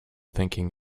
thinking